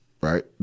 right